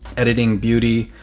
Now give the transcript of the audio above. editing beauty.